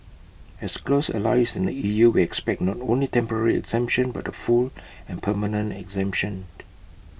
as close allies in the E U we expect not only temporary exemption but A full and permanent exemption